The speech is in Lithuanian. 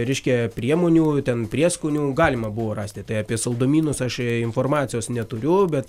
reiškia priemonių ten prieskonių galima buvo rasti tai apie saldumynus aš informacijos neturiu bet